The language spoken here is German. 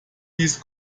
dies